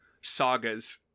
sagas